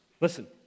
Listen